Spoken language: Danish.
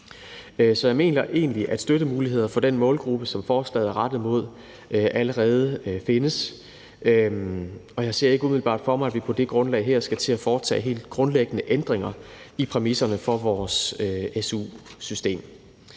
Så jeg mener egentlig, at støttemuligheder for den målgruppe, som forslaget er rettet mod, allerede findes, og jeg ser ikke umiddelbart for mig, at vi på det her grundlag skal til at foretage helt grundlæggende ændringer i præmisserne for vores su-system.